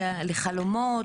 וחלומות.